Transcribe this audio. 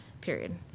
Period